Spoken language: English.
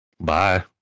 Bye